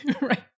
right